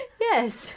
Yes